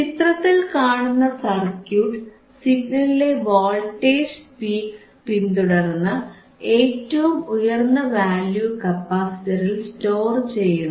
ചിത്രത്തിൽ കാണുന്ന സർക്യൂട്ട് സിഗ്നലിലെ വോൾട്ടേജ് പീക്ക് പിന്തുടർന്ന് ഏറ്റവും ഉയർന്ന വാല്യൂ കപ്പാസിറ്ററിൽ സ്റ്റോർ ചെയ്യുന്നു